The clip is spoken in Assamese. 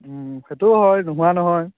সেইটোও হয় নোহোৱা নহয়